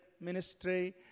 ministry